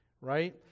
Right